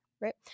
right